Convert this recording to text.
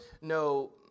No